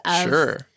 Sure